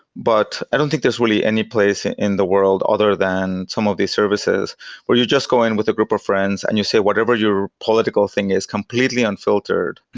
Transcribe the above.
but i don't think there's really any place in the world other than some of these services where you're just going with a group of friends and you say, whatever your political thing is, completely unfiltered,